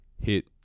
hit